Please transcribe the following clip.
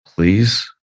please